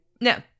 No